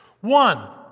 One